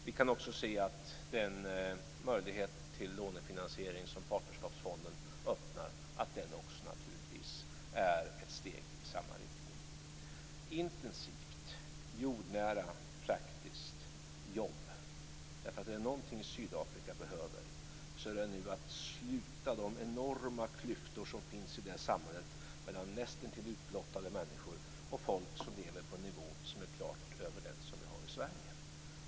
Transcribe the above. Vi kan också se att den möjlighet till lånefinansiering som Partnerskapsfonden öppnar naturligtvis också är ett steg i samma riktning. Intensivt, jordnära, praktiskt jobb. Är det någonting Sydafrika behöver är det nu att sluta de enorma klyftor som finns i det samhället med nästintill utblottade människor och folk som lever på en nivå som är klart över den som vi har i Sverige.